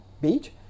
Beach